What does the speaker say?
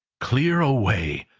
clear away!